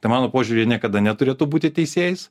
tai mano požiūriu jie niekada neturėtų būti teisėjais